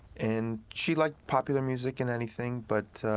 and she liked popular music and anything, but